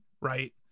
Right